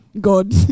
God